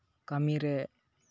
ᱠᱟᱹᱢᱤ ᱨᱮ